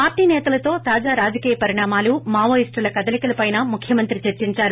పార్లీ నేతలతో తాజా రాజకీయ పరిణామాలు మావోయిస్టుల కదలికలపైనా ముఖ్యమంత్రి చర్సించారు